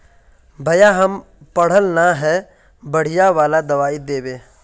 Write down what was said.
भैया हम पढ़ल न है बढ़िया वाला दबाइ देबे?